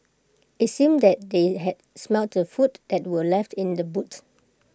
IT seemed that they had smelt the food that were left in the boot